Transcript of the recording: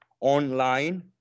online